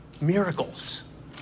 Miracles